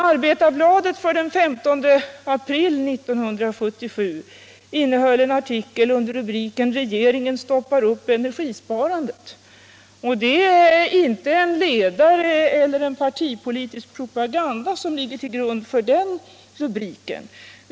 Arbetarbladet för den 15 april 1977 innehöll en artikel under rubriken: ”Regeringen stoppar upp energisparandet.” Det är inte någon ledare, och det ligger ingen partipolitisk propaganda till grund för rubriken.